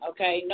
Okay